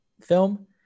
film